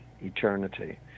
eternity